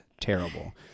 terrible